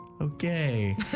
okay